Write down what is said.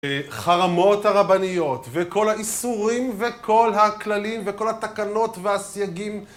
חרמות הרבניות וכל האיסורים וכל הכללים וכל התקנות והסייגים